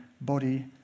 body